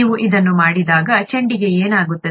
ನೀವು ಅದನ್ನು ಮಾಡಿದಾಗ ಚೆಂಡಿಗೆ ಏನಾಗುತ್ತದೆ